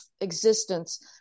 existence